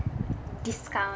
discounts